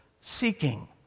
seeking